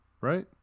right